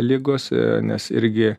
ligos nes irgi